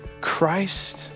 Christ